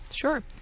Sure